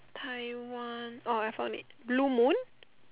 Taiwan orh I found it blue moon[